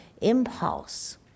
impulse